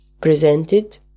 presented